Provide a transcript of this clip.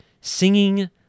Singing